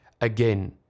again